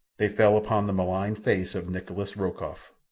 they fell upon the malign face of nikolas rokoff.